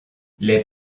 les